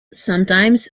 sometimes